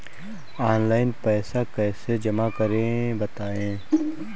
Online पैसा कैसे जमा करें बताएँ?